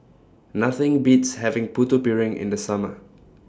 Nothing Beats having Putu Piring in The Summer